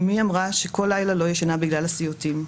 אימי אמרה שכל לילה היא לא ישנה בגלל הסיוטים.